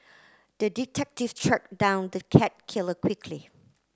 the detective tracked down the cat killer quickly